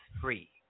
free